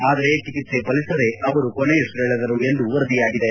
ಆದರೆ ಚಿಕಿತ್ಸೆ ಫಲಿಸದೆ ಅವರು ಕೊನೆಯುಸಿರೆಳೆದರು ಎಂದು ವರದಿಯಾಗಿದೆ